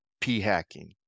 p-hacking